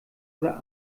oder